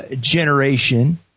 generation